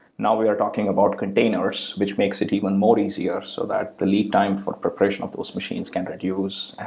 now, we are talking about containers, which makes it even more easier so that the lead time for preparation of those machines can reduce,